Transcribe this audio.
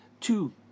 two